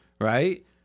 right